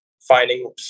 finding